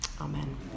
Amen